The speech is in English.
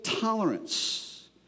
tolerance